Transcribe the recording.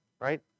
right